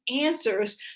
answers